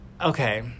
okay